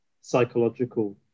psychological